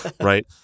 Right